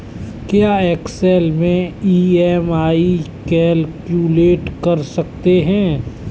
क्या एक्सेल में EMI calculate कर सकते हैं?